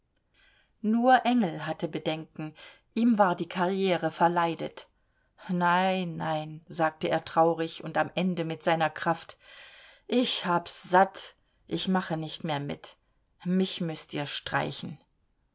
nur engel hatte bedenken ihm war die karriere verleidet nein nein sagte er traurig und am ende mit seiner kraft ich hab's satt ich mache nicht mehr mit mich müßt ihr streichen